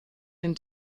den